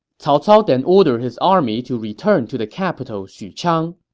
cao cao then ordered his army to return to the capital xuchang.